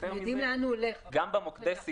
אנחנו יודעים לאן הוא הולך אבל לא יכולים להחליט לגביו.